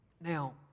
Now